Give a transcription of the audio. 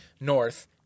North